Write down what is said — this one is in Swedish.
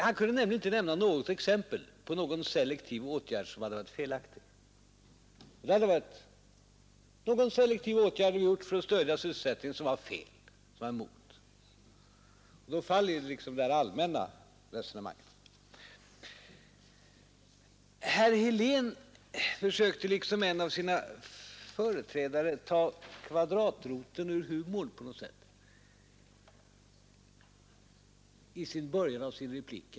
Han kunde inte ge ett enda exempel på någon selektiv åtgärd som vi vidtagit för att stödja sysselsättningen men som varit fel. Då faller liksom det allmänna resonemanget. Herr Helén försökte i likhet med en av sina företrädare ta kvadratroten ur humorn i början av sin replik.